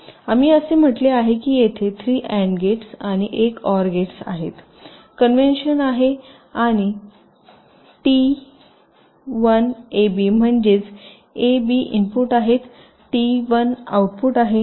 आम्ही असे म्हटले आहे की येथे 3 अँड गेट्स आणि एक ओर गेट्स आहेतकन्व्हेन्शन आहे आणि टी 1 ए बी म्हणजे ए बी इनपुट आहेत टी 1 आऊटपुट आहे